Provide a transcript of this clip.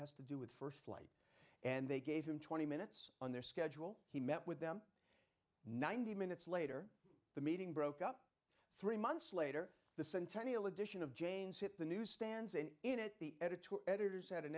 has to do with st flight and they gave him twenty minutes on their schedule he met with them ninety minutes later the meeting broke up three months later the centennial edition of jane's hit the newsstands and in it the editorial editors